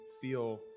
feel